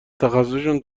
تخصصشون